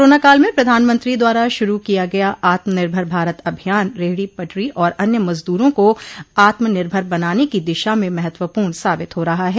corona काल में प्रधानमंत्री द्वारा शुरू किया गया आत्मनिर्भर भारत अभियान रेहड़ी पटरी और अन्य मजदूरों को आत्मनिर्भर बनाने की दिशा में महत्वपूर्ण साबित हो रहा है